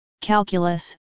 calculus